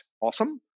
awesome